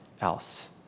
else